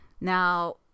Now